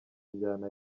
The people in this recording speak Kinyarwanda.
injyana